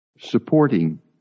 Supporting